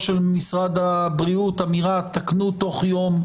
של משרד הבריאות אמירה של: תקנו תוך יום,